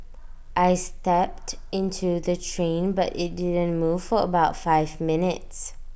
I stepped into the train but IT didn't move for about five minutes